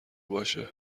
باشه